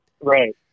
Right